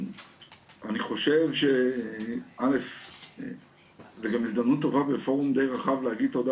אני חושב שזו הזדמנות טובה בפורום דיי רחב להגיד תודה